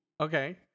Okay